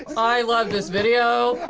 i love this video!